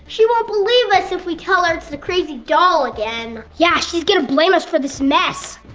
she won't believe us if we tell her it's the crazy doll again. yeah, she's gonna blame us for this mess.